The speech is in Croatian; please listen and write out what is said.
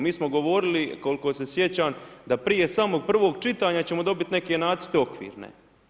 Mi smo govorili, koliko se sjećam, da prije samog prvog čitanja ćemo dobit neke nacrte okvirne.